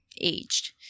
aged